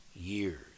years